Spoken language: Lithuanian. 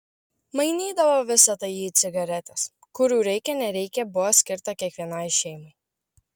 mainydavo visa tai į cigaretes kurių reikia nereikia buvo skirta kiekvienai šeimai